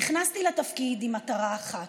נכנסתי לתפקיד עם מטרה אחת: